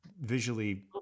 visually